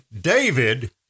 david